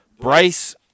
Bryce